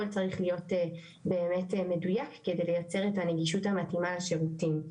צריך להיות באמת מדויק על מנת לייצר את הנגישות המתאימה לשירותים.